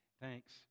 Thanks